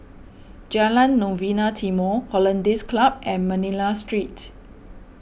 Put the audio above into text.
Jalan Novena Timor Hollandse Club and Manila Street